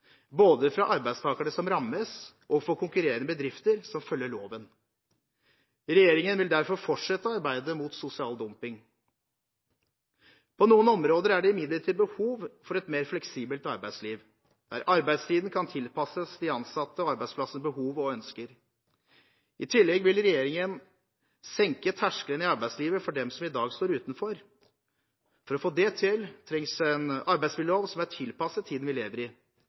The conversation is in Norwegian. både for arbeidstakerne som rammes, og for konkurrerende bedrifter som følger loven. Regjeringen vil derfor fortsette arbeidet mot sosial dumping. På noen områder er det imidlertid behov for et mer fleksibelt arbeidsliv, der arbeidstiden kan tilpasses de ansattes og arbeidsplassens behov og ønsker. I tillegg vil regjeringen senke terskelen i arbeidslivet for dem som i dag står utenfor. For å få til det trengs en arbeidsmiljølov som er tilpasset tiden vi lever i.